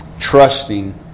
trusting